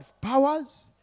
powers